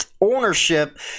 Ownership